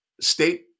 State